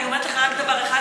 אני אומרת לך רק דבר אחד,